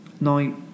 Now